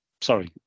sorry